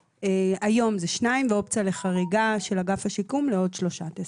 היום זה שניים ואופציה לחריגה של אגף השיקום לעוד שלושה טסטים.